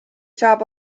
saab